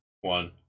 one